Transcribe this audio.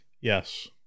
Yes